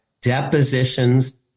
depositions